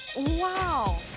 wow!